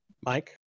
Mike